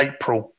April